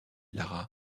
lara